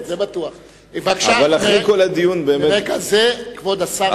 מרגע זה, כבוד השר.